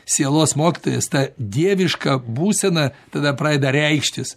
sielos mokytojas ta dieviška būsena tada pradeda reikštis